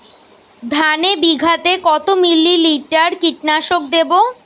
ধানে বিঘাতে কত মিলি লিটার কীটনাশক দেবো?